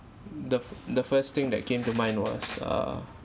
the the first thing that came to mind was err